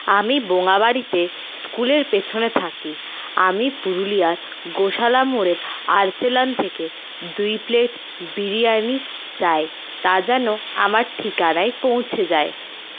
আমি বোঙাবাড়িতে স্কুলের পছনে থাকি আমি পুরুলিয়ার গোশালা মোড়ের আরসালান থেকে দুই প্লেট বিরিয়ানি চাই তা যেন আমার ঠিকানায় পৌঁছে যায়